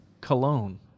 cologne